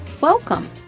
Welcome